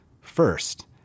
first